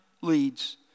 leads